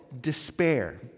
despair